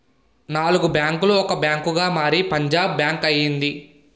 నాలుగు బ్యాంకులు ఒక బ్యాంకుగా మారి పంజాబ్ బ్యాంక్ అయింది